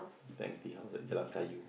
Tang-Tea-House Jalan-Kayu